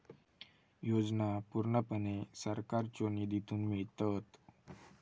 योजना पूर्णपणे केंद्र सरकारच्यो निधीतून मिळतत